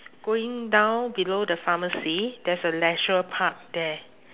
going down below the pharmacy there is a leisure park there